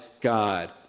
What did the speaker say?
God